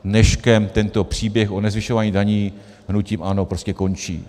Dneškem tento příběh o nezvyšování daní hnutím ANO prostě končí.